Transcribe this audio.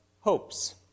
hopes